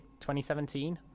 2017